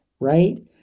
right